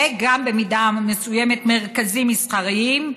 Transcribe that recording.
וגם במידה מסוימת מרכזים מסחריים,